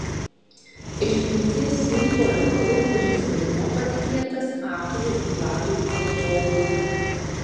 išminties simbolio rupūžės vaidmuo patikėtas aktoriui vladui bagdonui